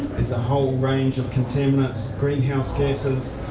there's a whole range of contaminants greenhouse gases,